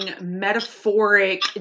metaphoric